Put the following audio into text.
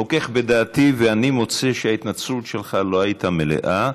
אני חוכך בדעתי ואני מוצא שההתנצלות שלך לא הייתה מלאה.